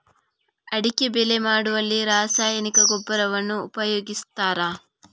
ಅಡಿಕೆ ಬೆಳೆ ಮಾಡುವಲ್ಲಿ ರಾಸಾಯನಿಕ ಗೊಬ್ಬರವನ್ನು ಉಪಯೋಗಿಸ್ತಾರ?